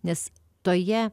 nes toje